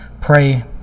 pray